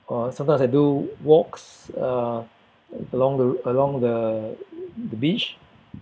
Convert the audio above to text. or sometimes I do walks uh along the r~ along the beach